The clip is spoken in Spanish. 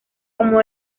como